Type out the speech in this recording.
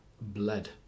bled